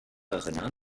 erinnern